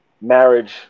marriage